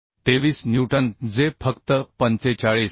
23 newton जे फक्त 45